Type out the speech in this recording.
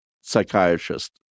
psychiatrist